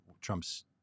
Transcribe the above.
Trump's